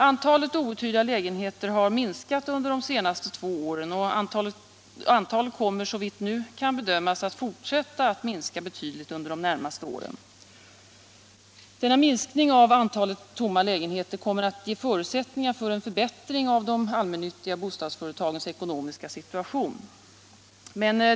Antalet outhyrda lägenheter har minskat under de senaste två åren 5 och antalet kommer, såvitt nu kan bedömas, att fortsätta att minska betydligt under de närmaste åren. Denna minskning av antalet tomma lägenheter kommer att ge förutsättningar för en förbättring av de allmännyttiga bostadsföretagens ekonomiska situation.